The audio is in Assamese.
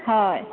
হয়